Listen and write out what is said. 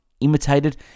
imitated